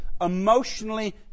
Emotionally